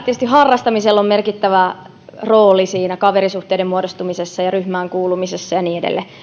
tietysti harrastamisella on merkittävä rooli kaverisuhteiden muodostumisessa ja ryhmään kuulumisessa ja niin edelleen